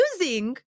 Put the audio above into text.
using